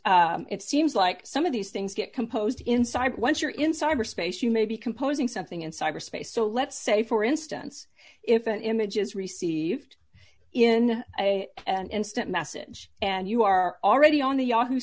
it seems like some of these things get composed inside once you're in cyberspace you may be composing something in cyberspace so let's say for instance if an image is received in a an instant message and you are already on the yahoo